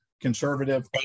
conservative